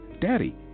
Daddy